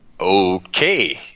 Okay